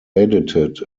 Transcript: edited